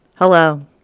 Hello